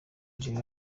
algeria